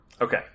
Okay